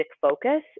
focus